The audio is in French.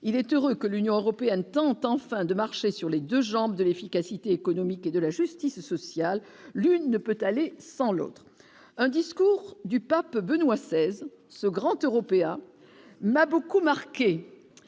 il est heureux que l'Union européenne tentent enfin de marcher sur les 2 jambes de l'efficacité économique et de la justice sociale l'une ne peut aller sans l'autre, un discours du pape Benoît XVI ce grand européen m'a beaucoup marqué